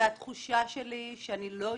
התחושה שלי שאני לא יודעת,